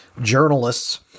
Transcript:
journalists